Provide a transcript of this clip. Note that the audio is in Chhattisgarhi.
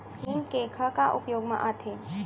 नीम केक ह का उपयोग मा आथे?